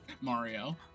Mario